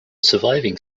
surviving